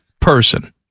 person